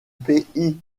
pays